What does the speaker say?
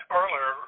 Earlier